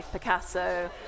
Picasso